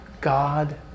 God